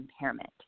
impairment